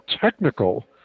technical